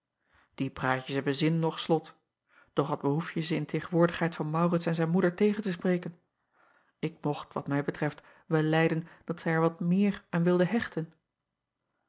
ie praatjes hebben zin noch slot doch wat behoefje ze in tegenwoordigheid van aurits en zijn moeder tegen te spreken k mocht wat mij betreft wel lijden dat zij er wat meer aan wilden hechten